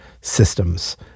systems